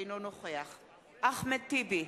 אינו נוכח אחמד טיבי,